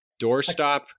doorstop